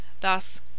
THUS